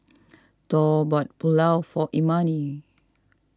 Thor bought Pulao for Imani